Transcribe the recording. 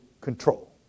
control